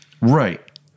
Right